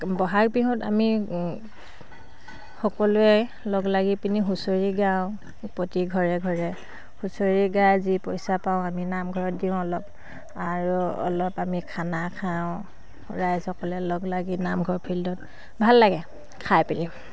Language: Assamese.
বহাগ বিহুত আমি সকলোৱে লগ লাগি পিনি হুঁচৰি গাওঁ প্ৰতি ঘৰে ঘৰে হুঁচৰি গাই যি পইচা পাওঁ আমি নামঘৰত দিওঁ অলপ আৰু অলপ আমি খানা খাওঁ ৰাইজসকলে লগ লাগি নামঘৰ ফিল্ডত ভাল লাগে খাই পিনি